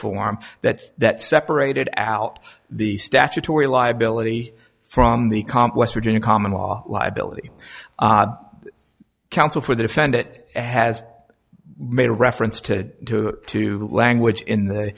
form that's that separated out the statutory liability from the comp west virginia common law liability counsel for the defend it has made reference to two language in the